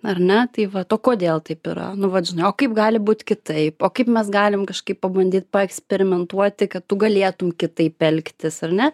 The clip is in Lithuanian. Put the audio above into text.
ar na tai vato kodėl taip yra nu vat žinok kaip gal būt kitaip o kaip mes galim kažkaip pabandyt paeksperimentuoti kad tu galėtum kitaip elgtis ar ne